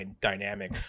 dynamic